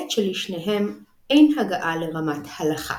בעת שלשניהם אין הגעה לרמת "הלכה"